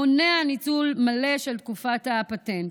המונע ניצול מלא של תקופת הפטנט.